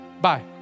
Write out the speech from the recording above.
Bye